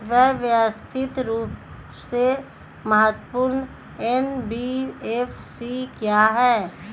व्यवस्थित रूप से महत्वपूर्ण एन.बी.एफ.सी क्या हैं?